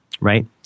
Right